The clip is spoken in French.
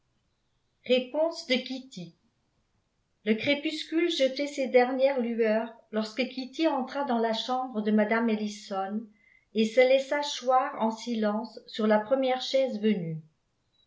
réponse de kitty le crépuscule jetait ses dernières lueurs lorsque kitty entra dans la chambre de mme ellison et se laissa choir en silence sur la première chaise venue